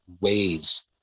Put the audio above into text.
ways